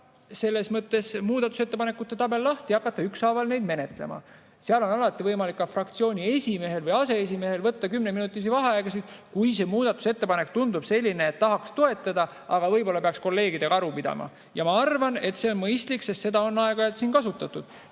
võimalik võtta muudatusettepanekute tabel lahti ja hakata ükshaaval neid menetlema. Alati on veel võimalik fraktsiooni esimehel või aseesimehel võtta kümneminutilisi vaheaegasid, kui muudatusettepanek tundub selline, et tahaks toetada, aga võib-olla peaks kolleegidega enne aru pidama. Ja ma arvan, et see on mõistlik, seda on aeg-ajalt siin ka kasutatud.